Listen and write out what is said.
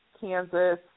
Kansas